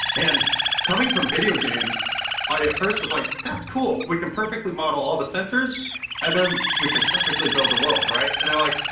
and coming from videogames, i ah first was like, that's cool. we can perfectly model all the sensors and then we can perfectly build the world, right? and they're like,